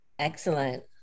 Excellent